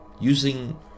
using